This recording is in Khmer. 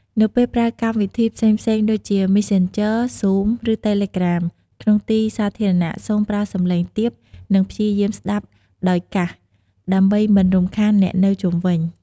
នៅពេលប្រើកម្មវិធីផ្សេងៗ ដូចជា មេសសេនជឺ (Messanger), ហ្សូម (Zoom) ឬ តេលេក្រាម (Telegram) ក្នុងទីសាធារណៈ សូមប្រើសំឡេងទាប និងព្យាយាមស្ដាប់ដោយកាសដើម្បីមិនរំខានអ្នកនៅជុំវិញ។